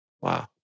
Wow